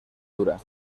dura